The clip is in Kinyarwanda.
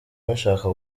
bashaka